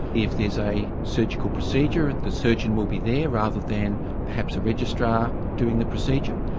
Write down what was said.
if there is a surgical procedure, the surgeon will be there rather than perhaps a registrar doing the procedure.